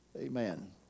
Amen